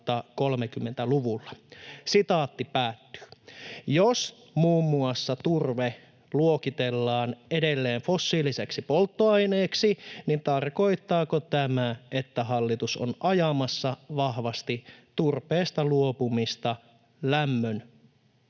2030-luvulla.” Jos muun muassa turve luokitellaan edelleen fossiiliseksi polttoaineeksi, niin tarkoittaako tämä, että hallitus on ajamassa vahvasti turpeesta luopumista